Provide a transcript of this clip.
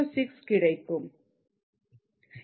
06 கிடைக்கும்